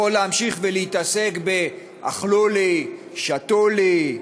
יכול להמשיך ולהתעסק ב"אכלו לי, שתו לי".